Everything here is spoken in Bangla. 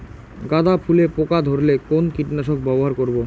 গাদা ফুলে পোকা ধরলে কোন কীটনাশক ব্যবহার করব?